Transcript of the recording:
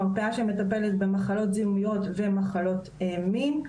מרפאה שמטפלת במחלות זיהומיות ומחלות מין.